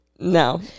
no